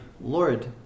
Lord